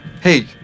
hey